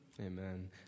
Amen